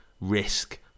risk